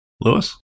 Lewis